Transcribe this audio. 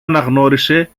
αναγνώρισε